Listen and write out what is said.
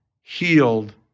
healed